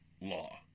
law